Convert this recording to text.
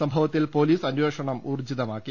സംഭവത്തിൽ പൊലീസ് അന്വേഷണം ഊർജ്ജിതമാക്കി